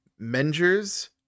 Mengers